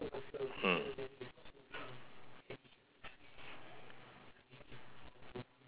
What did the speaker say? mm